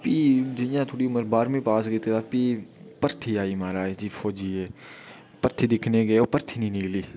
भी जि्यां थोह्ड़ी बारहमीं पास कीती तां भी भर्थी आई म्हाराज जी फौजियै दी भर्थी दिक्खने गी गै ओह् भर्थी निं निकली